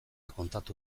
kontatu